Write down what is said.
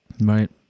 Right